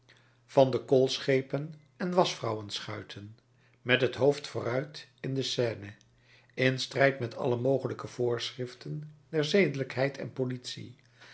van de koolschepen en waschvrouwen schuiten met het hoofd vooruit in de seine in strijd met alle mogelijke voorschriften der zedelijkheid en politie